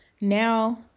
now